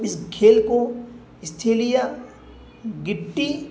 اس کھیل کو استھیلیا گٹی